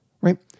right